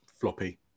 floppy